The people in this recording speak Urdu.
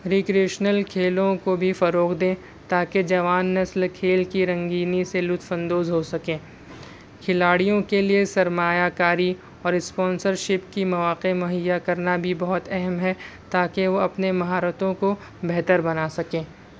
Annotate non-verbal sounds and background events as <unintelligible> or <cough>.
<unintelligible> کھیلوں کو بھی فروغ دیں تا کہ جوان نسل کھیل کی رنگینی سے لطف اندوز ہوسکیں کھلاڑیوں کے لیے سرمایہ کاری اور اسپونسرشپ کی مواقع مہیا کرنا بھی بہت اہم ہے تاکہ وہ اپنے مہارتوں کو بہتر بنا سکیں